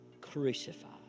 crucified